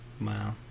Wow